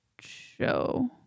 show